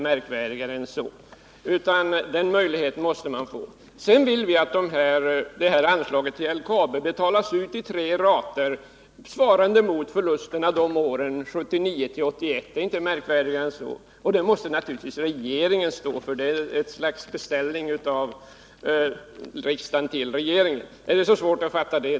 Märkvärdigare än så är det inte. Sedan vill vi att anslaget till LKAB betalas ut i tre rater, svarande mot förlusterna 1979-1981. Detta måste naturligtvis regeringen stå för — det är ett slags beställning från riksdagen till regeringen. Är det så svårt att fatta detta?